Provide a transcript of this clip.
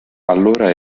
allora